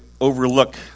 overlook